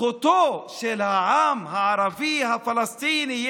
זכותו של העם הערבי הפלסטיני.